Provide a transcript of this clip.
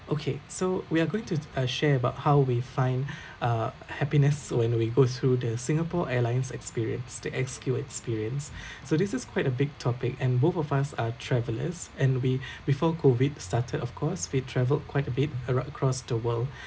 okay so we are going to uh share about how we find uh happiness when we go through the Singapore Airlines experience to S_Q experience so this is quite a big topic and both of us are travellers and we before COVID started of course we travelled quite a bit uh right cross the world